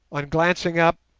on glancing up,